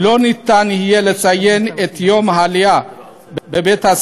לא יהיה אפשר לציין את יום העלייה בבתי-הספר,